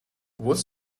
what’s